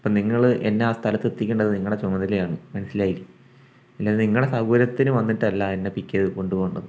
അപ്പോൾ നിങ്ങൾ എന്നെ ആ സ്ഥലത്ത് എത്തിക്കേണ്ടത് നിങ്ങളുടെ ചുമതലയാണ് മനസ്സിലായില്ലേ അല്ലാതെ നിങ്ങളുടെ സൗകര്യത്തിന് വന്നിട്ട് അല്ല എന്നെ പിക്ക് ചെയ്ത് കൊണ്ടുപോകേണ്ടത്